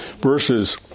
verses